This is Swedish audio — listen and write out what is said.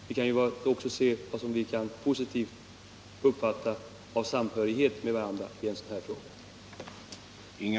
Vi kan också se positivt på att våra åsikter är samstämmiga i en sådan här fråga.